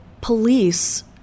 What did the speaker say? police